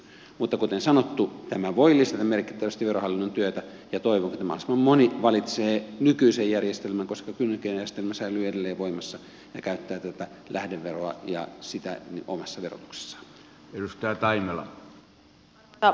mutta kuten sanottu tämä voi lisätä merkittävästi verohallinnon työtä ja toivonkin että mahdollisimman moni valitsee nykyisen järjestelmän koska nykyinen järjestelmä säilyy edelleen voimassa ja käyttää lähdeveroa ja sitä omassa verotuksessaan